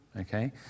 okay